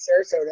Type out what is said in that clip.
Sarasota